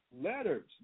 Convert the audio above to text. letters